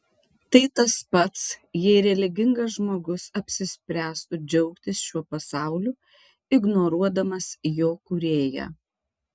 tai tas pats jei religingas žmogus apsispręstų džiaugtis šiuo pasauliu ignoruodamas jo kūrėją